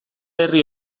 herri